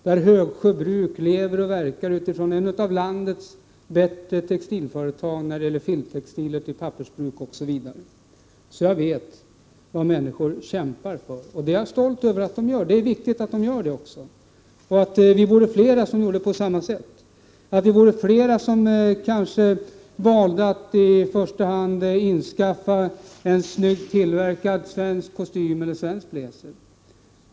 I Högsjö finns ett av landets bättre textilföretag när det gäller textilier för pappersbruk osv. Så jag vet vad människor kämpar för. Jag är stolt över att de kämpar, och det är också viktigt att de gör det. Vi borde även vara fler som valde att i första hand inskaffa en snygg svensktillverkad kostym eller blazer.